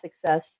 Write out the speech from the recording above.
success